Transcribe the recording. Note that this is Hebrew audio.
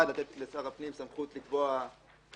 (1) לתת לשר הפנים סמכות לקבוע הוצאות